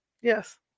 Yes